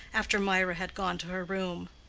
after mirah had gone to her room.